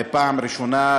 פעם ראשונה,